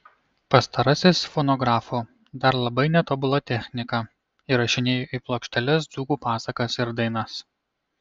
pastarasis fonografu dar labai netobula technika įrašinėjo į plokšteles dzūkų pasakas ir dainas